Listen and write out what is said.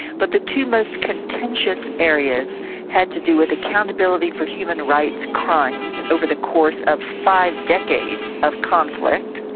but the two most contentious areas had to do with accountability for human rights crimes over the course of five decades of conflict,